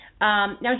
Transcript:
Now